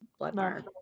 Bloodmark